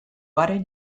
haren